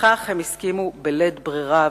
לכך הם הסכימו בלית ברירה.